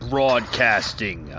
Broadcasting